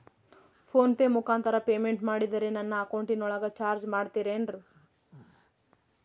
Phone pay ಮುಖಾಂತರ payment ಮಾಡಿದರೆ ನನ್ನ ಅಕೌಂಟಿನೊಳಗ ಚಾರ್ಜ್ ಮಾಡ್ತಿರೇನು?